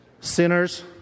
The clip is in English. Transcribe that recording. Sinners